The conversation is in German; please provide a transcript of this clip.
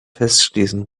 festschließen